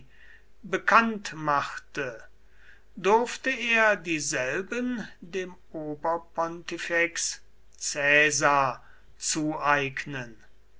bekannt machte durfte er dieselben dem oberpontifex caesar zueignen